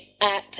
app